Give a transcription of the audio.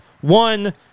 One